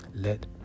Let